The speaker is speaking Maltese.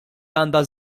għandha